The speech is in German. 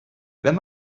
wenn